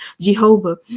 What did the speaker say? Jehovah